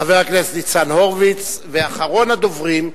חבר הכנסת ניצן הורוביץ, ואחרון הדוברים,